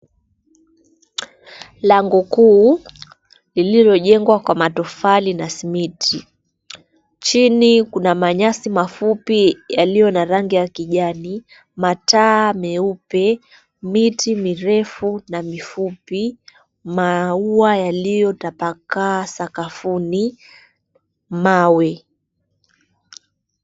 Lango kuu lililojengwa kwa matofali na simiti chini kuna manyasi mafupi yaliyo na rangi ya kijani, mataa meupe, miti mirefu na mifupi, maua yaliyotapakaa sakafuni, mawe.